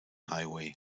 highway